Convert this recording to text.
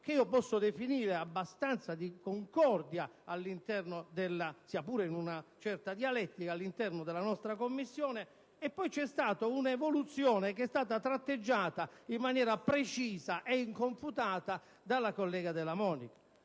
che posso definire abbastanza concorde, sia pure con una certa dialettica, all'interno della nostra Commissione, e poi c'è stata una evoluzione che è stata tratteggiata in maniera precisa, e inconfutata, dalla collega Della Monica.